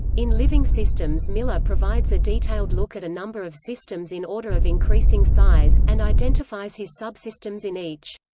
in living systems miller provides a detailed look at a number of systems in order of increasing size, and identifies his subsystems in each.